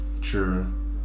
True